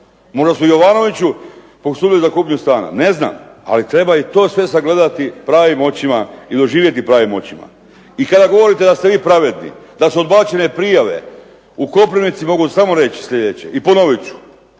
Možda su Jovanoviću posudili za kupnju stana. Ne znam. Ali i to sve sagledati pravim očima i doživjeti pravim očima. I kada govorite da ste vi pravedni, da su odbačene prijave u Koprivnici mogu samo reći sljedeće i ponovit ću